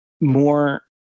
more